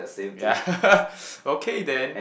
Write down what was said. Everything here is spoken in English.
yea okay then